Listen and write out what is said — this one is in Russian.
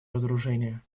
разоружения